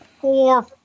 four